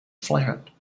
flat